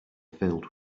filled